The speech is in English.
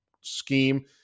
scheme